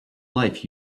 life